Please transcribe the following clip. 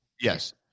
Yes